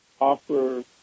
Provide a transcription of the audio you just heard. offer